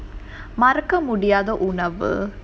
மறக்க முடியாத உணவு:maraka mudiyaatha unavu